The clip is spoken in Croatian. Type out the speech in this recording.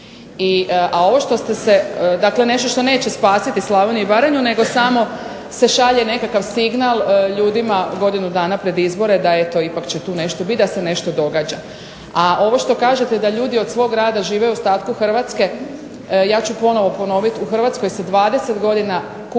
gesta. Dakle, nešto što neće spasiti Slavoniju i Baranju nego se samo šalje nekakav signal ljudima godinu dana pred izbore da će ipak tu nešto biti i da se nešto događa. A ovo što kažete da ljudi od svog rada žive u ostatku Hrvatske, ja ću ponovno ponoviti, u Hrvatskoj se 20 godina kult